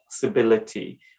possibility